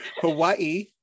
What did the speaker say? Hawaii